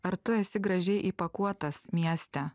ar tu esi gražiai įpakuotas mieste